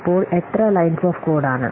അപ്പോൾ എത്ര lines of code ആണ്